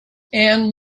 and